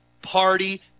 Party